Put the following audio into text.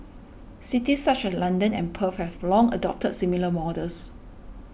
cities such as London and Perth have long adopted similar models